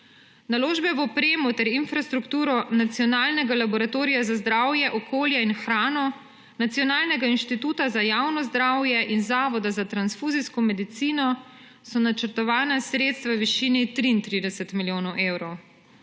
Naložbe v opremo ter infrastrukturo Nacionalnega laboratorija za zdravje, okolje in hrano, Nacionalnega inštituta za javno zdravje in Zavoda za transfuzijsko medicino so načrtovana sredstva v višini 33 milijonov evrov.